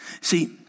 See